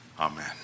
Amen